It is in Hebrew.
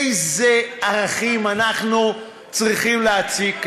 איזה ערכים אנחנו צריכים להציג כאן?